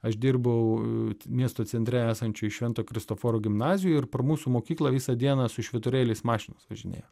aš dirbau miesto centre esančio švento kristoforo gimnazijoj ir per mūsų mokyklą visą dieną su švyturėliais mašinos važinėjo